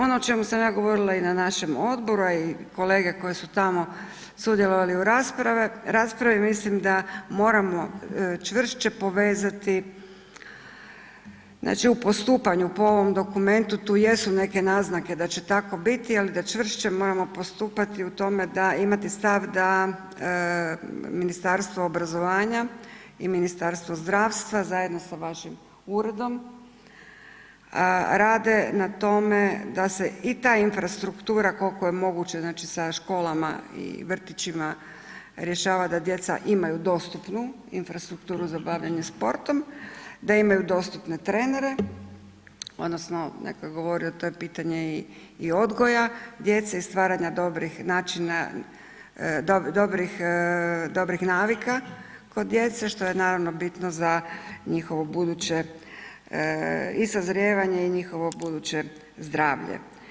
Ono o čemu sam ja govorila i na našem odboru, a i kolege koji su tamo sudjelovali u raspravi, mislim da moramo čvršće povezati, znači u postupanju po ovom dokumentu tu jesu neke naznake da će tako biti, ali da čvršće moramo postupati u tome da imati stav da Ministarstvo obrazovanja i Ministarstvo zdravstva zajedno sa vašim uredom rade na tome da se i ta infrastruktura koliko je moguće znači sa školama i vrtićima rješava da djeca imaju dostupnu infrastrukturu za bavljenje sportom, da imaju dostupne trenere odnosno netko je govorio to je pitanje i odgoja djece i stvaranja dobrih načina, dobrih navika kod djece što je naravno bitno za njihovo buduće i sazrijevanje i njihovo buduće zdravlje.